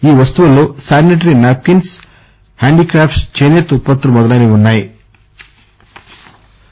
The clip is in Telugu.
ఈ వస్తువుల్లో శానిటరీ నాప్కీన్స్ హ్యాడీక్రాప్ట్స్ చేసేత ఉత్పత్తులు మొదలైనవి ఉన్నా యి